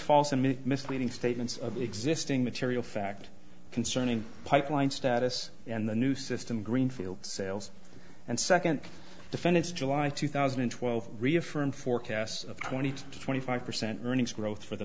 and misleading statements of existing material fact concerning pipeline status in the new system green field sales and second defendants july two thousand and twelve reaffirmed forecasts of twenty to twenty five percent earnings growth for the